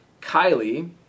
Kylie